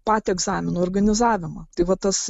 patį egzaminų organizavimą tai va tas